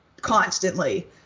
constantly